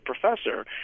professor